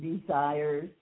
desires